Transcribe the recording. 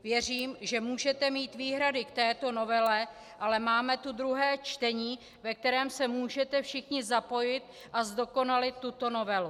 Věřím, že můžete mít výhrady k této novele, ale máme tu druhé čtení, ve kterém se můžete všichni zapojit a zdokonalit tuto novelu.